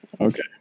Okay